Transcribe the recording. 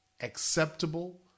acceptable